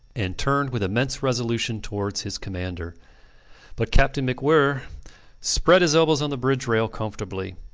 and turned with immense resolution towards his commander but captain macwhirr spread his elbows on the bridge-rail comfortably.